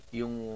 yung